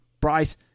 Bryce